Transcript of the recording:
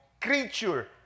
creature